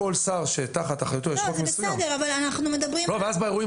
כל שר שתחת אחריותו יש חוק מסוים ואז באירועים